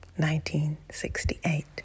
1968